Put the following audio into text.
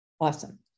awesome